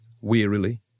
wearily